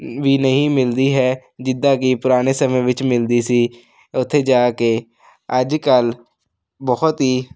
ਵੀ ਨਹੀਂ ਮਿਲਦੀ ਹੈ ਜਿੱਦਾਂ ਕਿ ਪੁਰਾਣੇ ਸਮੇਂ ਵਿੱਚ ਮਿਲਦੀ ਸੀ ਉੱਥੇ ਜਾ ਕੇ ਅੱਜ ਕੱਲ੍ਹ ਬਹੁਤ ਹੀ